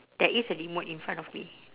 there is a remote in front of me